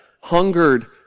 hungered